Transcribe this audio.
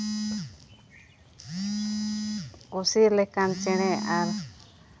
ᱠᱩᱥᱤ ᱞᱮᱠᱟᱱ ᱪᱮᱬᱮ ᱟᱨ